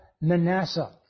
Manasseh